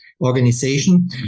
organization